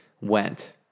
went